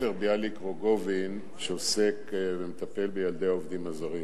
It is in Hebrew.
בית-הספר "ביאליק-רוגוזין" שעוסק ומטפל בילדי העובדים הזרים.